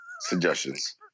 suggestions